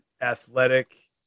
athletic